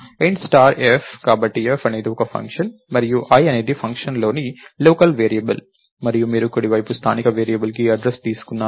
int star f కాబట్టి f అనేది ఒక ఫంక్షన్ మరియు i అనేది ఫంక్షన్లోని లోకల్ వేరియబుల్ మరియు మీరు కుడివైపు స్థానిక వేరియబుల్కి అడ్రస్ ను తిరిగి ఇస్తున్నారు